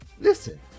listen